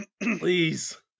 Please